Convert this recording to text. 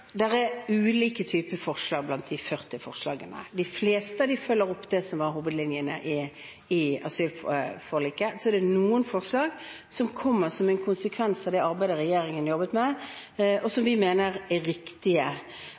ulike typer forslag blant de 40 forslagene. De fleste av dem følger opp hovedlinjene i asylforliket, og så er det noen forslag som kommer som en konsekvens av det arbeidet regjeringen har gjort, og som vi mener er riktige.